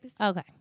Okay